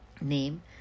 name